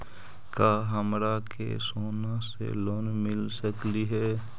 का हमरा के सोना से लोन मिल सकली हे?